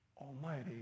almighty